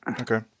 Okay